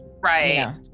Right